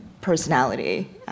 personality